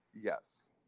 yes